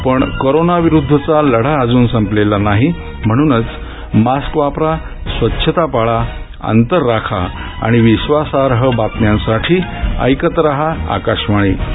पण कोरोना विरुद्धचा लढा अजून संपलेला नाही म्हणूनच मास्क वापरा स्वच्छता पाळा अंतर राखा आणि विश्वासार्ह बातम्यांसाठी ऐकत राहा आकाशवाणी नमस्कार